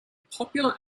popular